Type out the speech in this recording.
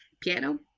piano